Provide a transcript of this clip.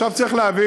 עכשיו, צריך להבין: